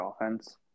offense